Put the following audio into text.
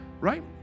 Right